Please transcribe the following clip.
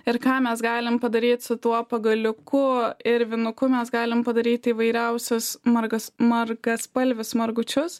ir ką mes galim padaryt su tuo pagaliuku ir vinuku mes galim padaryti įvairiausius margas margaspalvius margučius